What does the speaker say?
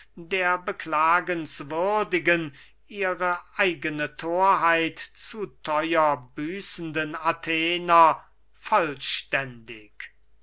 der beklagenswürdigen ihre eigene thorheit zu theuer büßenden athener